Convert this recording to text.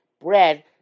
bread